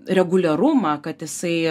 reguliarumą kad jisai